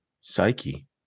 Psyche